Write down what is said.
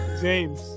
James